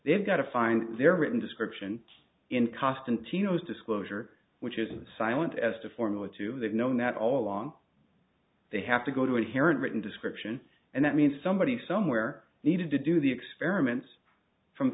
they've got to find their written description in cost and tino's disclosure which is silent as to formula to they've known that all along they have to go to inherent written description and that means somebody somewhere needed to do the experiments from